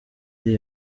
iri